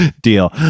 deal